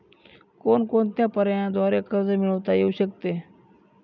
कोणकोणत्या पर्यायांद्वारे कर्ज मिळविता येऊ शकते?